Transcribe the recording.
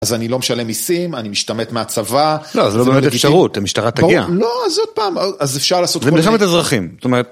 אז אני לא משלם מסים, אני משתמט מהצבא. לא, זו לא באמת אפשרות, המשטרה תגיע. לא, זה עוד פעם, אז אפשר לעשות... זה מלחמת אזרחים.